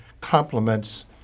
complements